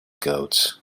goats